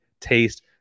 taste